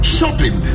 Shopping